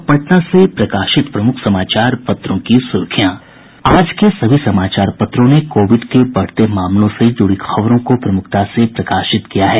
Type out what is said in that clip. अब पटना से प्रकाशित प्रमुख समाचार पत्रों की सुर्खियां आज के सभी समाचार पत्रों ने कोविड के बढ़ते मामलों से जुड़ी खबरों को प्रमुखता से प्रकाशित किया है